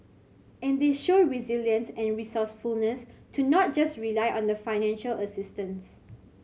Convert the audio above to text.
and they show resilience and resourcefulness to not just rely on the financial assistance